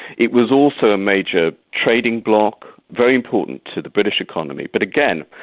it was also a major trading bloc, very important to the british economy. but, again,